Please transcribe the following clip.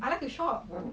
I like to shop